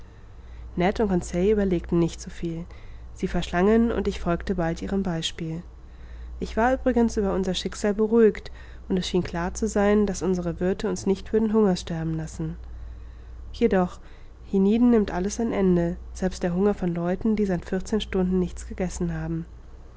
überlegten nicht so viel sie verschlangen und ich folgte bald ihrem beispiel ich war übrigens über unser schicksal beruhigt und es schien klar zu sein daß unsere wirthe uns nicht würden hungers sterben lassen jedoch hienieden nimmt alles ein ende selbst der hunger von leuten die seit vierzehn stunden nichts gegessen haben